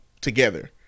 together